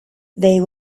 they